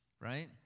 right